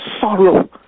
sorrow